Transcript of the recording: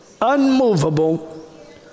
unmovable